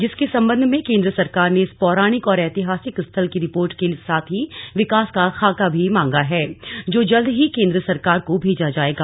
जिसके संबंध में केंद्र सरकार ने इस पौराणिक और ऐतिहासिक स्थल की रिपोर्ट के साथ ही विकास का खाका भी मांगा है जो जल्द ही केंद्र सरकार को भेजा जाएगा